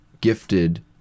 gifted